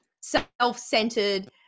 self-centered